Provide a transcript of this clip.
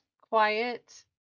quiet